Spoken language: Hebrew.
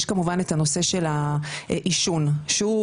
יש את הנושא של עישון שהוא,